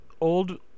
Old